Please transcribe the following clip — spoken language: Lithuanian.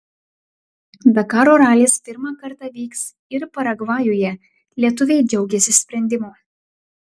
dakaro ralis pirmą kartą vyks ir paragvajuje lietuviai džiaugiasi sprendimu